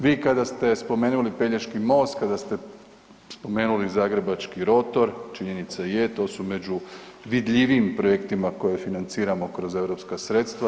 Vi kada ste spomenuli Pelješki most, kada ste spomenuli Zagrebački rotor činjenica je to su među vidljivijim projektima koje financiramo kroz europska sredstva.